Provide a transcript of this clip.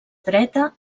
dreta